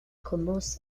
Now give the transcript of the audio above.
commence